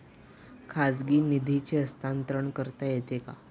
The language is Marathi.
खाजगी निधीचे हस्तांतरण करता येते का?